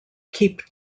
keep